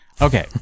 Okay